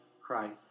Christ